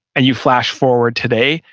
and you flash forward today,